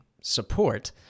support